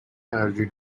energy